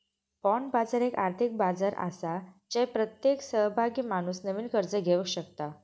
bond बाजार एक आर्थिक बाजार आसा जय प्रत्येक सहभागी माणूस नवीन कर्ज घेवक शकता